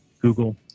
Google